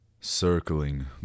circling